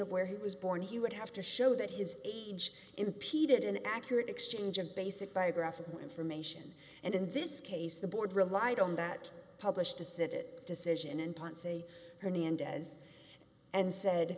of where he was born he would have to show that his age impeded an accurate exchange of basic biographical information and in this case the board relied on that published to sit it decision in ponce hernandez and said